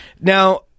Now